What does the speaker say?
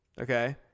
Okay